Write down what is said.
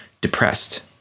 depressed